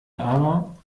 aber